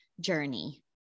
journey